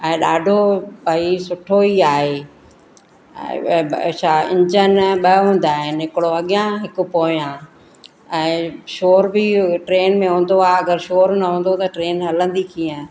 ऐं ॾाढो भई सुठो ई आहे छा इंजन ॿ हूंदा आहिनि हिकिड़ो अॻियां हिकु पोयां ऐं शोर बि ट्रेन में हूंदो आहे अगरि शोर न हूंदो त ट्रेन हलंदी कीअं